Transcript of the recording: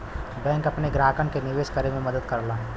bank अपने ग्राहकन के निवेश करे में मदद करलन